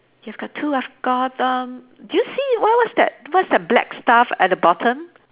you've got two I've got um do you see what what's that what's that black stuff at the bottom